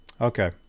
okay